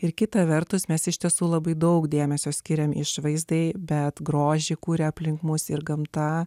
ir kita vertus mes iš tiesų labai daug dėmesio skiria išvaizdai bet grožį kūrė aplink mus ir gamta